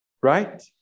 right